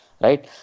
Right